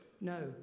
No